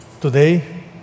Today